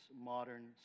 modern